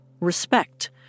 Respect